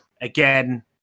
again